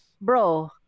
bro